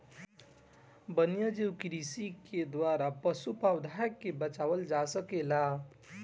वन्यजीव कृषि के द्वारा पशु, पौधा के बचावल जा सकेला